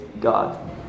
God